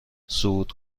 صعود